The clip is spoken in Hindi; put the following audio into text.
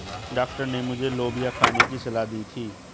डॉक्टर ने मुझे लोबिया खाने की सलाह दी थी